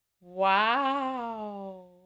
Wow